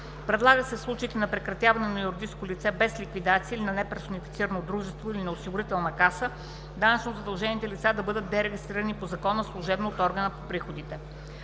Предлага се в случаите на прекратяване на юридическо лице без ликвидация или на неперсонифицирано дружество, или на осигурителна каса, данъчно задължените лица да бъдат дерегистрирани по закона служебно от органите по приходите.